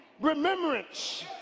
remembrance